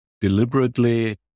deliberately